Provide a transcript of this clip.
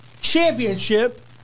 championship